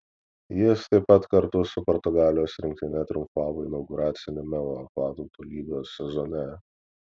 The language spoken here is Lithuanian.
jis taip pat kartu su portugalijos rinktine triumfavo inauguraciniame uefa tautų lygos sezone